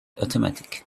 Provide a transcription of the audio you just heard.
automatic